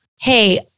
hey